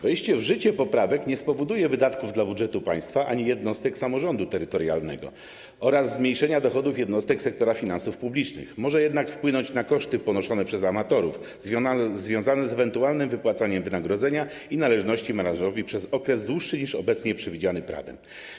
Wejście w życie poprawek nie spowoduje wydatków dla budżetu państwa ani jednostek samorządu terytorialnego oraz zmniejszenia dochodów jednostek sektora finansów publicznych, może jednak wpłynąć na koszty ponoszone przez armatorów związane z ewentualnym wypłacaniem wynagrodzenia i należności marynarzowi przez okres dłuższy niż obecnie przewidziany prawem.